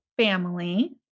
family